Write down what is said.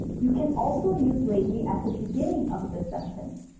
you can also use lately at the beginning of the sentence.